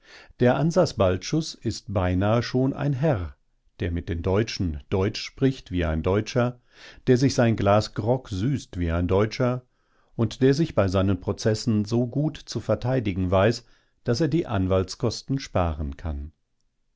der ansas balczus ist beinahe schon ein herr der mit den deutschen deutsch spricht wie ein deutscher der sich sein glas grog süßt wie ein deutscher und der sich bei seinen prozessen so gut zu verteidigen weiß daß er die anwaltskosten sparen kann